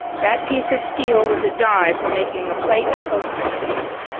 that piece of steel was a die for making a plate of postage stamps.